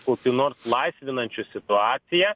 kupinos laisvinančio situaciją